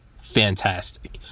fantastic